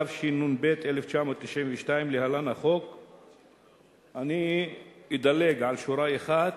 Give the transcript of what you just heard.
התשנ"ב 1992 (להלן: החוק)." אדלג על שורה אחת.